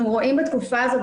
אנחנו רואים בתקופה הזאת,